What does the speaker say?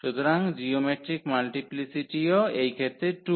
সুতরাং জিওমেট্রিক মাল্টিপ্লিসিটিও এই ক্ষেত্রে 2